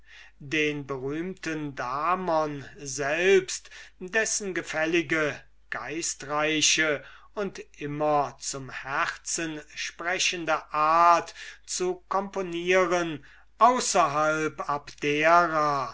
den berühmten damon selbst dessen gefällige geistreiche und immer zum herzen sprechende art zu componieren außerhalb abdera